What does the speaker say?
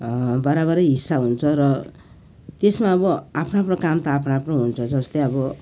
बराबरै हिस्सा हुन्छ र त्यसमा अब आफ्नो आफ्नो काम त आफ्नो आफ्नो हुन्छ जस्तै अब